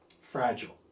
fragile